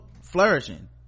flourishing